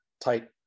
tight